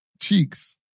Cheeks